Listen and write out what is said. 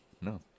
no